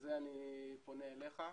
ובזה אני פונה אליך,